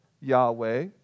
Yahweh